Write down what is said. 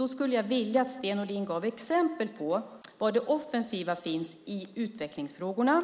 Jag skulle vilja att Sten Nordin gav exempel på vad det offensiva finns i utvecklingsfrågorna,